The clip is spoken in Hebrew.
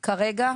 כרגע,